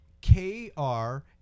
K-R